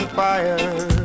fire